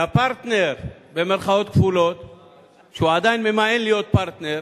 ל"פרטנר", שהוא עדיין ממאן להיות פרטנר,